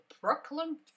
Brooklyn